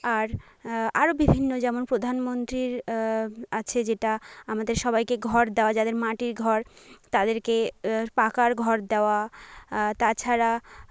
আর আরও বিভিন্ন যেমন প্রধানমন্ত্রীর আছে যেটা আমাদের সবাইকে ঘর দেওয়া যাদের মাটির ঘর তাদেরকে পাকার ঘর দেওয়া তাছাড়া